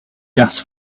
gas